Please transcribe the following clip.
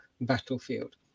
battlefield